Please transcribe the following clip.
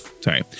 Sorry